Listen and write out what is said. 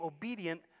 obedient